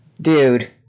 Dude